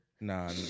Nah